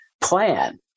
plan